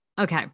okay